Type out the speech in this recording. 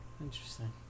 Interesting